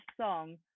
song